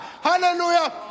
hallelujah